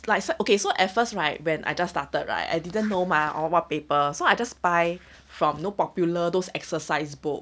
like so okay so at first right when I just started right I didn't know mah or what paper so I just buy from know popular those exercise book